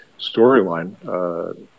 storyline